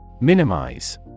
Minimize